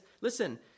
listen